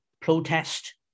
protest